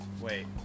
Wait